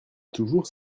toujours